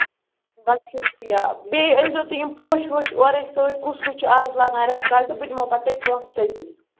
بَتہٕ کھیٚتھ یا بیٚیہِ أنۍ زیٚو تُہۍ یِم پوش ووش اورَے سۭتۍ کُس کُس چھُ از لگان ریٚتہٕ کالہِ تہٕ بہٕ دِمہو پَتہٕ پوٚنٛسہٕ تٔتہِ